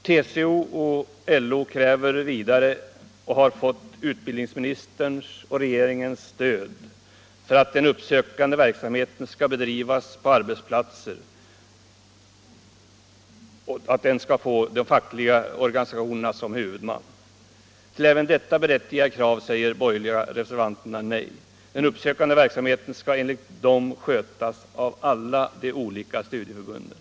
LO och TCO krävde vidare, och har i det avseendet fått utbildningsministerns och regeringens stöd, att den uppsökande verksamhet som skall bedrivas på arbetsplatserna skulle få de fackliga organisationerna som huvudmän. Till även detta berättigade krav säger de borgerliga reservanterna nej. Den uppsökande verksamheten skall enligt dem skötas 115 av alla de olika studieförbunden.